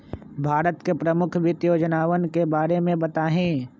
भारत के प्रमुख वित्त योजनावन के बारे में बताहीं